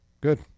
Good